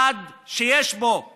שיש בו לאום,